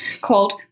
called